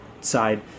side